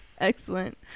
Excellent